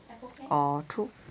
orh true